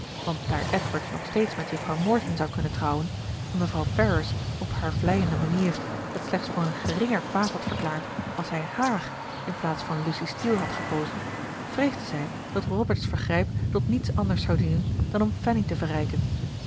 want daar edward nog steeds met juffrouw morton zou kunnen trouwen en mevrouw ferrars op haar vleiende manier het slechts voor een geringer kwaad had verklaard als hij hààr inplaats van lucy steele had gekozen vreesde zij dat robert's vergrijp tot niets anders zou dienen dan om fanny te verrijken